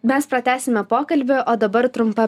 mes pratęsime pokalbį o dabar trumpa